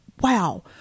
wow